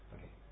Okay